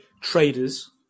traders